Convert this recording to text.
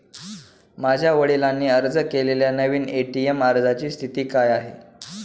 माझ्या वडिलांनी अर्ज केलेल्या नवीन ए.टी.एम अर्जाची स्थिती काय आहे?